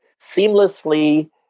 seamlessly